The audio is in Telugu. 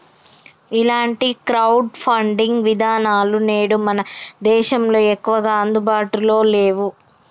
ఇలాంటి క్రౌడ్ ఫండింగ్ విధానాలు నేడు మన దేశంలో ఎక్కువగా అందుబాటులో నేవు